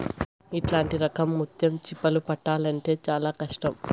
ఇట్లాంటి రకం ముత్యం చిప్పలు పట్టాల్లంటే చానా కష్టం